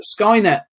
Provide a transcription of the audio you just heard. Skynet